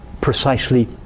precisely